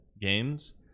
games